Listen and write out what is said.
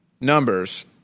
numbers